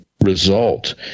result